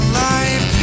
life